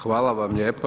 Hvala vam lijepo.